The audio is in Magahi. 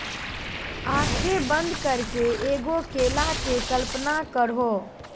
आँखें बंद करके एगो केला के कल्पना करहो